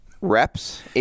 reps